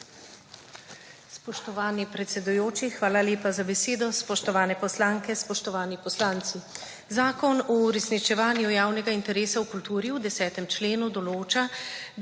Spoštovani predsedujoči, hvala lepa za besedo. Spoštovane poslanke, spoštovani poslanci! Zakon o uresničevanju javnega interesa v kulturi v 10. členu določa,